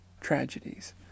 tragedies